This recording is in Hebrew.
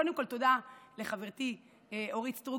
קודם כול תודה לחברתי אורית סטרוק,